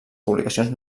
publicacions